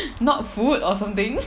not food or something